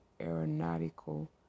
Aeronautical